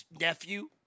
nephew